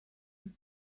give